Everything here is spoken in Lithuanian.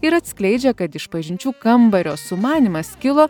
ir atskleidžia kad išpažinčių kambario sumanymas kilo